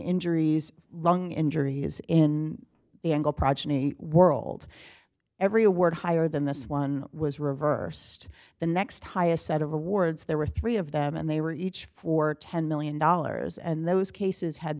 injuries lung injury is in the engle progeny world every award higher than this one was reversed the next highest set of awards there were three of them and they were each for ten million dollars and those cases had